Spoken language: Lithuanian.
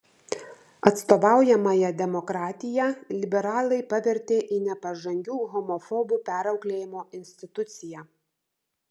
atstovaujamąja demokratiją liberalai pavertė į nepažangių homofobų perauklėjimo instituciją